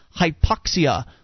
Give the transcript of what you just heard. hypoxia